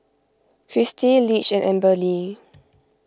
Kristi Lige and Amberly